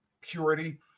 purity